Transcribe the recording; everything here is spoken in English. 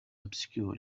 obscured